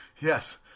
yes